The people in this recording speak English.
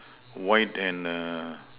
white and err